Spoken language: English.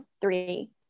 three